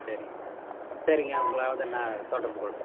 சரிங்க சரிங்க உங்களை வந்து நான் தொடர்புக்கொள்கிறேன்